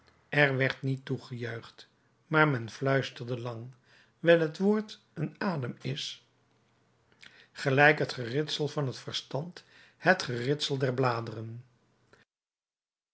er werd niet toegejuicht maar men fluisterde lang wijl het woord een adem is gelijk het geritsel van het verstand het geritsel der bladeren